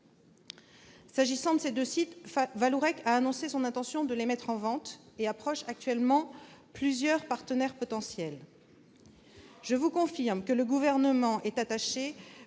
par cette décision. Vallourec a annoncé son intention de les mettre en vente et approche actuellement plusieurs partenaires potentiels. Je vous confirme que le Gouvernement est attaché